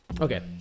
Okay